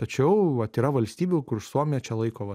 tačiau vat yra valstybių kur suomija čia laiko vat